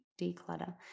declutter